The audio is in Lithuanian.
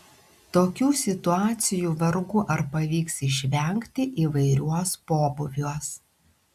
tokių situacijų vargu ar pavyks išvengti įvairiuos pobūviuos